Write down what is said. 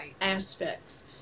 aspects